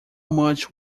much